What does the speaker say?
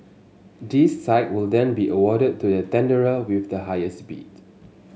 the site will then be awarded to the tenderer with the highest bid